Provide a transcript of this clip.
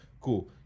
cool